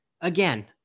again